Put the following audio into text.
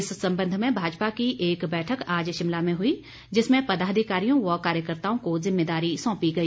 इस संबंध में भाजपा की एक बैठक आज शिमला में हुई जिसमें पदाधिकारियों व कार्यकर्ताओं को जिम्मेवारी सौंपी गई